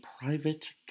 private